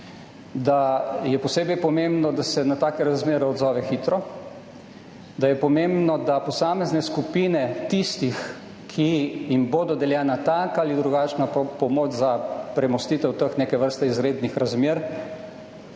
Da je posebej pomembno, da se na take razmere odzove hitro. Da je pomembno, da posamezne skupine tistih, ki jim bo dodeljena taka ali drugačna pomoč za premostitev teh, neke vrste izrednih, razmer,